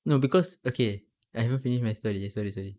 no because okay I haven't finished my story eh sorry sorry